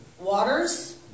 Waters